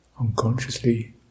unconsciously